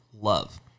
love